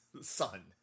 son